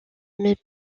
mais